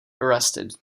arrested